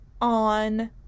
on